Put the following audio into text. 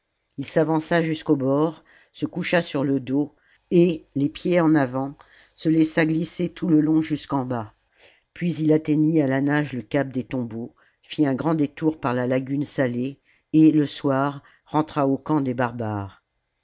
il s'avança jusqu'au bord se coucha sur le dos et les pieds en avant se laissa glisser tout le long jusqu'en bas puis il atteignit à la nage le cap des tombeaux fit un grand détour par la lagune salée et le soir rentra au camp des barbares